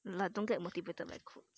I don't get motivated by quotes